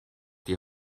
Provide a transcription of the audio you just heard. die